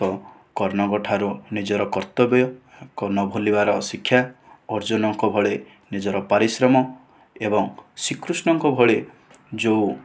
ତ କର୍ଣ୍ଣଙ୍କ ଠାରୁ ନିଜର କର୍ତ୍ତବ୍ୟ ନ ଭୁଲିବାର ଶିକ୍ଷା ଅର୍ଜୁନଙ୍କ ଭଳି ନିଜର ପରିଶ୍ରମ ଏବଂ ଶ୍ରୀକୃଷ୍ଣ ଭଳି ଯେଉଁ